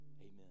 amen